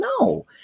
no